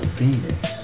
Phoenix